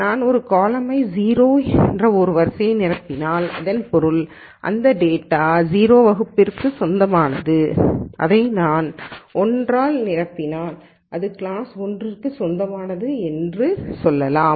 நான் ஒரு காலமை 0 என்று ஒரு வரிசையை நிரப்பினால் இதன் பொருள் இந்த டேட்டா 0 ஆம் வகுப்பிற்கு சொந்தமானது நான் அதை 1 ஆல் நிரப்பினால் இது கிளாஸ் 1 க்கு சொந்தமானது என்று சொல்லலாம்